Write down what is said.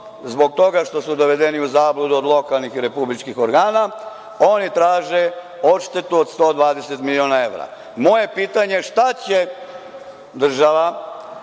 zbog toga što su dovedeni u zabludu od lokalnih i republičkih organa, oni traže odštetu od 120 miliona evra. Moje pitanje – šta će država,